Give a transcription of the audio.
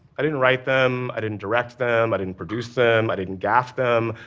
i didn't write them, i didn't direct them, i didn't produce them, i didn't gaff them,